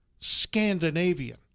scandinavian